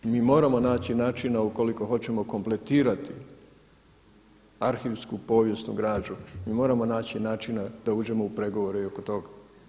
Mi moramo naći načina u koliko hoćemo kompletirati arhivsku povijesnu građu, mi moramo naći načina da uđemo u pregovore i oko tog.